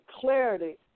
clarity